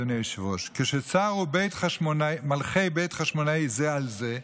אדוני היושב-ראש: כשצרו מלכי בית חשמונאי זה על זה,